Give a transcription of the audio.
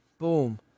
boom